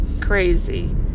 crazy